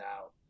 out